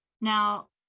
Now